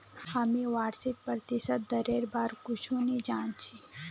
हामी वार्षिक प्रतिशत दरेर बार कुछु नी जान छि